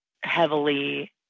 heavily